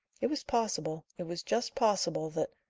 it was possible, it was just possible that,